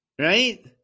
Right